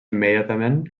immediatament